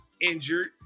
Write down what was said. injured